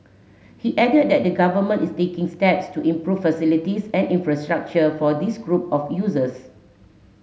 he added that the Government is taking steps to improve facilities and infrastructure for this group of users